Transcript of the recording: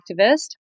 activist